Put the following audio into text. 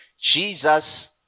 Jesus